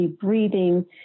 breathing